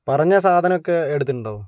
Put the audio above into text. പറഞ്ഞ സാധനാമൊക്കെ എടുത്തിട്ടുണ്ടോ